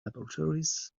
laboratories